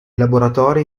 laboratori